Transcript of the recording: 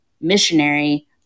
missionary